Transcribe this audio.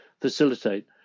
facilitate